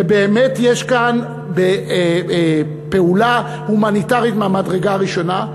ובאמת יש כאן פעולה הומניטרית מהמדרגה הראשונה,